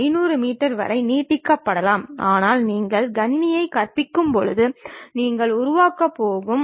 இதேபோல் கிடைமட்ட தளத்தை பொறுத்து கோணத்தை கொண்ட மேலும் ஒரு துணை தளத்தை உருவாக்க முடியும்